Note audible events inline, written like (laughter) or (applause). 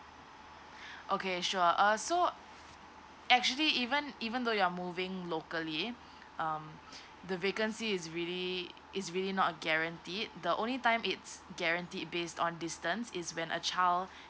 (breath) okay sure uh so actually even even though you're moving locally um (breath) the vacancy is really it's really not a guarantee it the only time it's guaranteed based on distance is when a child